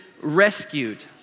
rescued